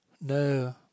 no